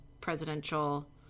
presidential